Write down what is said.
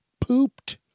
pooped